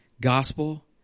Gospel